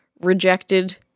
rejected